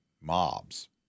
mobs